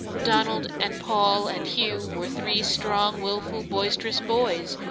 donald and paul and hugh were three strong, willful, boisterous boys,